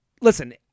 listen